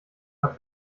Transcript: hat